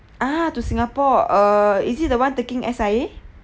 ah to singapore err is it the one taking S_I_A